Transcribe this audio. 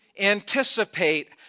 anticipate